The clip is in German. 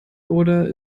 oder